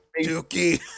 Dookie